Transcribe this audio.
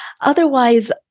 Otherwise